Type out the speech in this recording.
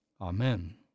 Amen